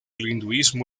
hinduismo